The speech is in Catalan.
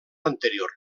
anterior